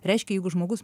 reiškia jeigu žmogus